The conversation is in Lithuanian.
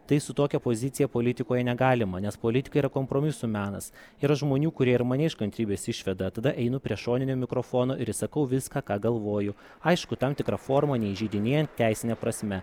tai su tokia pozicija politikoje negalima nes politika yra kompromisų menas yra žmonių kurie ir mane iš kantrybės išveda tada einu prie šoninio mikrofono ir išsakau viską ką galvoju aišku tam tikra forma neįžeidinėjant teisine prasme